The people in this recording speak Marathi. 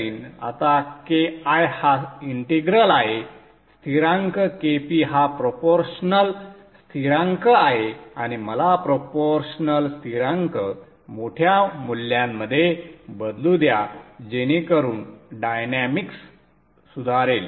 आता Ki हा इंटिग्रल आहे स्थिरांक Kp हा प्रोपोरशनल स्थिरांक आहे आणि मला प्रोपोरशनल स्थिरांक मोठ्या मूल्यांमध्ये बदलू द्या जेणेकरून डायनॅमिक्स सुधारेल